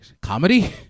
comedy